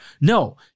No